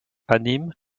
anime